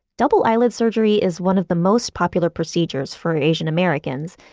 double eyelid surgery is one of the most popular procedures for asian americans,